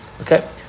Okay